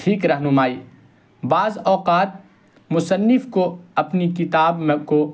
ٹھیک رہنمائی بعض اوقات مصنف کو اپنی کتاب میں کو